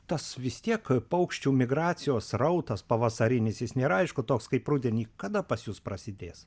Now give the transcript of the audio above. tas vis tiek paukščių migracijos srautas pavasarinis jis nėra aišku toks kaip rudenį kada pas jus prasidės